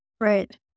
right